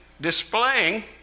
displaying